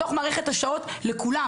בתוך מערכת השעות לכולם,